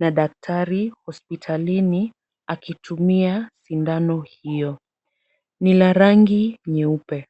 na daktari hospitalini akitumia sindano hiyo. Ni la rangi nyeupe.